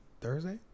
Thursday